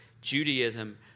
Judaism